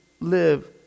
live